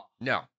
No